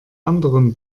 anderen